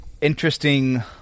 interesting